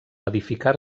edificar